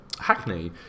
Hackney